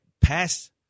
pass